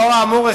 לאור האמור,